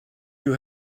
you